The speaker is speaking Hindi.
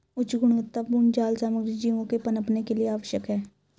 उच्च गुणवत्तापूर्ण जाल सामग्री जीवों के पनपने के लिए आवश्यक है